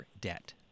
debt